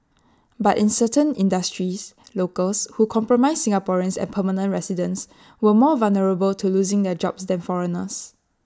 but in certain industries locals who comprise Singaporeans and permanent residents were more vulnerable to losing their jobs than foreigners